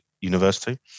university